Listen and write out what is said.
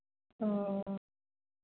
ꯑꯣ